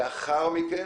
לאחר מכן